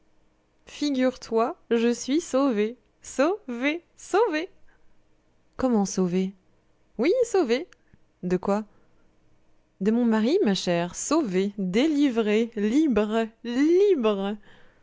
figure-toi je suis sauvée sauvée sauvée comment sauvée oui sauvée de quoi de mon mari ma chère sauvée délivrée libre libre